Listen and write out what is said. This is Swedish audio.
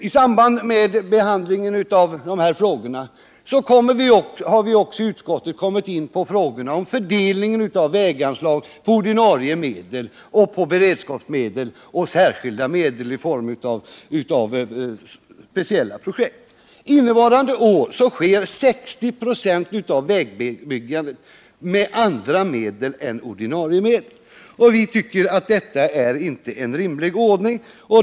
I samband med behandlingen av dessa frågor i utskottet kom vi också in på frågan om fördelningen av väganslag på ordinarie medel och på beredskapsmedel samt på särskilda medel i form av speciella projekt. Innevarande år sker 60 96 av vägbyggandet med andra medel än ordinarie medel. Vi tycker inte att denna ordning är rimlig.